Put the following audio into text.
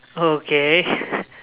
oh okay